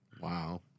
Wow